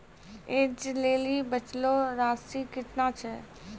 ऐज लेली बचलो राशि केतना छै?